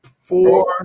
four